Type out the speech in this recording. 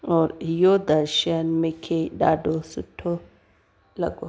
और इहो दर्शन मूंखे ॾाढो सुठो लॻो